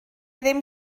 ddim